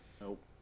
Nope